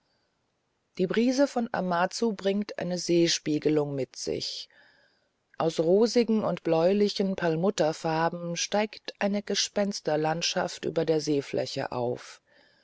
die brise von amazu bringt eine seespiegelung mit sich aus rosigen und bläulichen perlmutterfarben steigt eine gespensterlandschaft über der seefläche auf